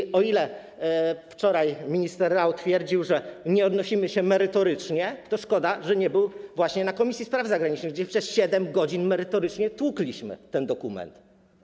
I o ile wczoraj minister Rau twierdził, że nie odnosimy się merytorycznie, to szkoda, że nie był właśnie na posiedzeniu Komisji Spraw Zagranicznych, gdzie przez 7 godzin merytorycznie tłukliśmy ten dokument.